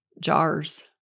jars